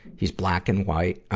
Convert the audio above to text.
he's black and white.